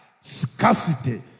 scarcity